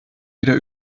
wieder